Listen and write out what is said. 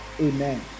Amen